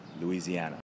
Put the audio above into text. Louisiana